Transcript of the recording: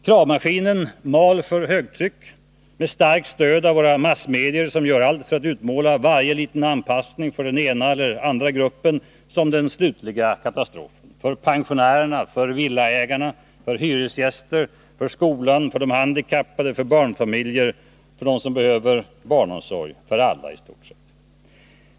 Kravmaskinen mal för högtryck med starkt stöd av våra massmedier, som gör allt för att utmåla varje liten anpassning för den ena eller andra gruppen som den slutliga katastrofen — för pensionärerna, villaägarna, hyresgästerna, skolan, de handikappade, barnfamiljerna, för dem som behöver barnomsorg, för i stort sett alla.